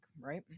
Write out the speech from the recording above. right